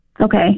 Okay